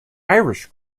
irish